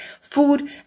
Food